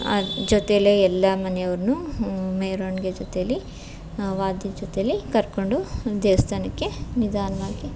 ಅದ್ರ ಜೊತೆಲೇ ಎಲ್ಲ ಮನೆಯವ್ರು ಮೆರವಣ್ಗೆ ಜೊತೆಯಲ್ಲಿ ವಾದ್ಯದ ಜೊತೆಯಲ್ಲಿ ಕರಕೊಂಡು ದೇವಸ್ಥಾನಕ್ಕೆ ನಿಧಾನವಾಗಿ